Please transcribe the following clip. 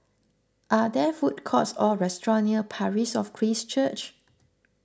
are there food courts or restaurants near Parish of Christ Church